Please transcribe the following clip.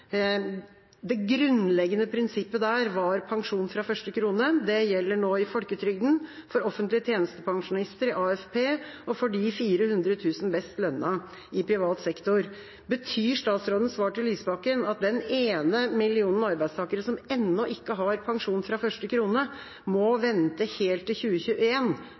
Det grunnleggende prinsippet der var pensjon fra første krone. Det gjelder nå i folketrygden, for offentlige tjenestepensjonister, i AFP og for de 400 000 best lønnede i privat sektor. Betyr statsrådens svar til Lysbakken at den ene millionen arbeidstakere som ennå ikke har pensjon fra første krone, må vente helt til